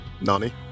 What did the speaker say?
Nani